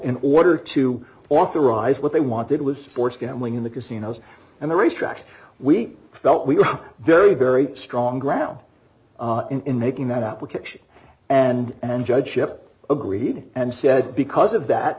in order to authorize what they wanted was forced gambling in the casinos and the racetracks we felt we were very very strong ground in making that application and then judgeship agreed and said because of that